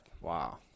wow